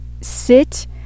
Sit